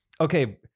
Okay